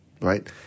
right